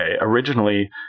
Originally